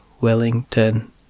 Wellington